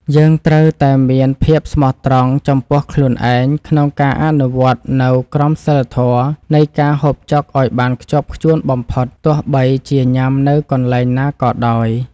យើងត្រូវតែមានភាពស្មោះត្រង់ចំពោះខ្លួនឯងក្នុងការអនុវត្តនូវក្រមសីលធម៌នៃការហូបចុកឱ្យបានខ្ជាប់ខ្ជួនបំផុតទោះបីជាញ៉ាំនៅកន្លែងណាក៏ដោយ។